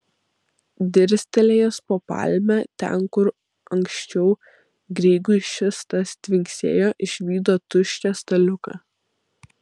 dirstelėjęs po palme ten kur anksčiau grygui šis tas tvinksėjo išvydo tuščią staliuką